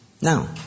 Now